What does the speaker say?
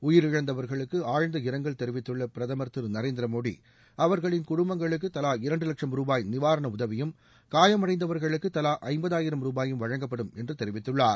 உயிரிழந்தவர்களுக்கு ஆழ்ந்த இரங்கல் தெரிவித்துள்ள பிரதமர் திரு நரேந்திர மோடி அவர்களின் குடும்பங்களுக்கு தலா இரண்டு வட்சம் ரூபாய் நிவாரண உதவியும் காயமடைந்தவர்களுக்கு தலா ஐம்பதாயிரம் ரூபாயும் வழங்கப்படும் என்ற தெரிவித்துள்ளார்